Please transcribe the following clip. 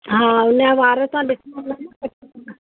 हा हुन जा वार तव्हां ॾिसो था न